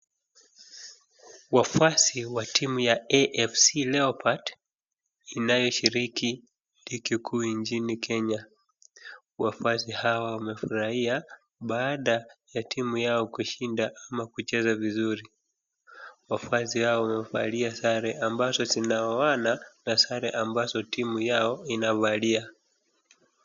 Wafuasi wa timu ya AFC leopard inayeshiriki ligi kuu nchini Kenya, wafuasi hawa wamefurahia baada ya timu yao kushinda ama kucheza vizuri. wafuasi hao wamevalia sare ambazo zinaoana na sare ambazo timu yao inavalia.